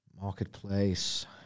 Marketplace